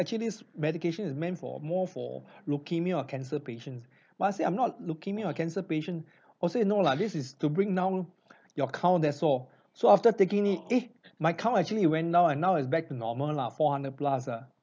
actually this medication is meant for more for leukemia or cancer patients but I say I'm not a leukemia or cancer patient also you know lah this is to bring down your count that's all so after taking it eh my count actually went down and now it's back to normal lah four hundred plus ah